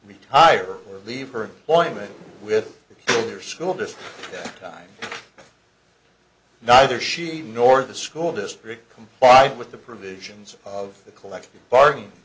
retire or leave her point with her school just time neither she nor the school district complied with the provisions of the collective bargain in